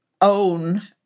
own